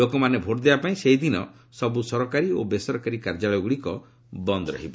ଲୋକମାନେ ଭୋଟ୍ ଦେବା ପାଇଁ ସେହିଦିନ ସବ୍ ସରକାରୀ ଓ ବେସରକାରୀ କାର୍ଯ୍ୟାଳୟଗୁଡ଼ିକ ବନ୍ଦ ରହିବ